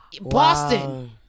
Boston